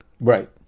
Right